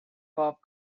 bob